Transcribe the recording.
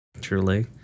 Truly